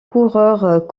coureurs